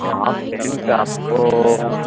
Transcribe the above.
हाँ पेन्ट आपको